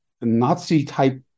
Nazi-type